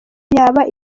yaba